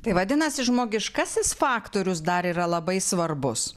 tai vadinasi žmogiškasis faktorius dar yra labai svarbus